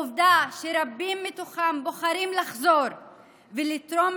עובדה שרבים מתוכם בוחרים לחזור ולתרום